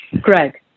Greg